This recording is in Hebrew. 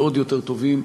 ועוד יותר טובים,